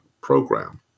program